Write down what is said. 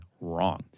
wrong